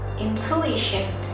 intuition